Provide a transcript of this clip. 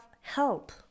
help